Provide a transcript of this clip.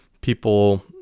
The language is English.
people